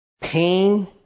pain